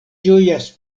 ĝojas